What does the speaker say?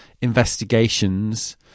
investigations